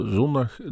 zondag